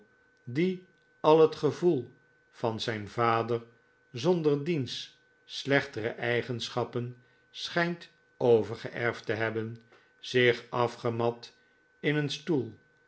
die al het gevoel van zijn vader zonder diens slechtere eigenschappen schijnt overgeerfd te hebben zich afgemat in een stoel